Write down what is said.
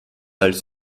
als